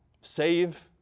save